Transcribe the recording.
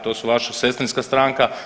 To su vaša sestrinska stranka.